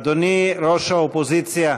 אדוני ראש האופוזיציה,